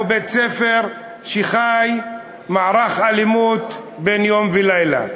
בית-ספר שחי מערך אלימות יום ולילה?